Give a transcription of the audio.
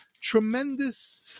tremendous